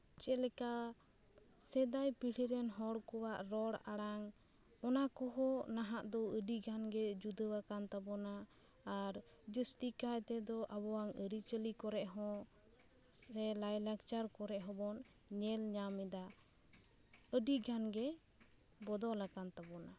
ᱪᱮᱫ ᱞᱮᱠᱟ ᱥᱮᱫᱟᱭ ᱯᱤᱲᱦᱤ ᱨᱮᱱ ᱦᱚᱲ ᱠᱚᱣᱟᱜ ᱨᱚᱲ ᱟᱲᱟᱝ ᱚᱱᱟ ᱠᱚᱦᱚᱸ ᱱᱟᱦᱟᱸᱜ ᱫᱚ ᱟᱹᱰᱤᱜᱟᱱ ᱜᱮ ᱡᱩᱫᱟᱹᱣᱟᱠᱟᱱ ᱛᱟᱵᱚᱱᱟ ᱟᱨ ᱡᱟᱥᱛᱤ ᱠᱟᱭᱛᱮ ᱫᱚ ᱟᱵᱚᱣᱟᱝ ᱟᱹᱨᱤ ᱪᱟᱹᱞᱤ ᱠᱚᱨᱮᱜ ᱦᱚᱸ ᱥᱮ ᱞᱟᱭᱼᱞᱟᱠᱪᱟᱨ ᱠᱚᱨᱮᱜ ᱦᱚᱸ ᱵᱚᱱ ᱧᱮᱞ ᱧᱟᱢ ᱫᱟ ᱟᱹᱰᱤ ᱜᱟᱱ ᱜᱮ ᱵᱚᱫᱚᱞ ᱟᱠᱟᱱ ᱛᱟᱵᱚᱱᱟ